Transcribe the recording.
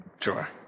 sure